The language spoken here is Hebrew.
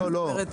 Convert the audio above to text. לא, לא.